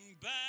back